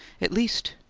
at least,